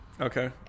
Okay